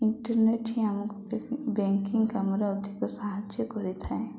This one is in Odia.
ଇଣ୍ଟରନେଟ୍ ହିଁ ଆମକୁ ବ୍ୟାଙ୍କିଂ କାମରେ ଅଧିକ ସାହାଯ୍ୟ କରିଥାଏ